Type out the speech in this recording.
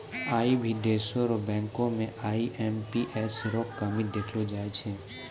आई भी देशो र बैंको म आई.एम.पी.एस रो कमी देखलो जाय छै